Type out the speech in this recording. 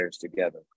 together